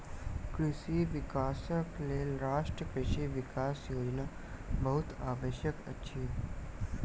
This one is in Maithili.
कृषि विकासक लेल राष्ट्रीय कृषि विकास योजना बहुत आवश्यक अछि